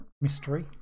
mystery